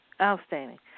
outstanding